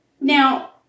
Now